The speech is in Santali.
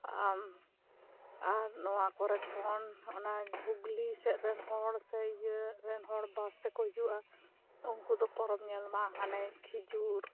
ᱟᱢ ᱟᱨ ᱱᱚᱣᱟ ᱠᱚᱨᱮ ᱠᱷᱚᱱ ᱚᱱᱟ ᱦᱩᱜᱽᱞᱤ ᱥᱮᱫ ᱨᱮᱱ ᱦᱚᱲ ᱥᱮᱱ ᱨᱮᱱ ᱦᱚᱲ ᱵᱟᱥ ᱛᱮᱠᱚ ᱦᱤᱡᱩᱜᱼᱟ ᱩᱱᱠᱩ ᱫᱚ ᱯᱚᱨᱚᱵᱽ ᱧᱮᱞᱢᱟ ᱦᱟᱱᱮ ᱠᱷᱤᱡᱩᱨ